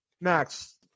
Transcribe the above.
Max